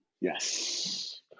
Yes